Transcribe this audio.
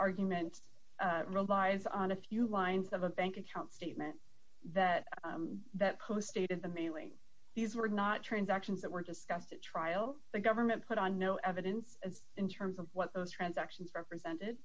argument relies on a few lines of a bank account statement that that post dated the mailing these were not transactions that were discussed at trial the government put on no evidence in terms of what those transactions represented